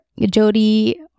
Jody